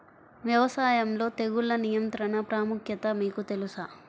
వ్యవసాయంలో తెగుళ్ల నియంత్రణ ప్రాముఖ్యత మీకు తెలుసా?